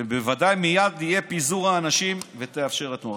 ובוודאי מייד יהיה פיזור האנשים ותתאפשר התנועה.